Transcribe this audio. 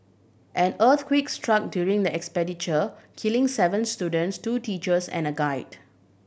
an earthquake struck during the expediture killing seven students two teachers and a guide